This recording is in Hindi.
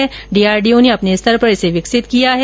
अब डीआरडीओ ने अपने स्तर पर इसे विकसित किया है